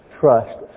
trust